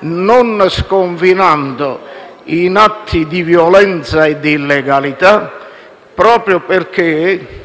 non sconfinando in atti di violenza ed illegalità, proprio perché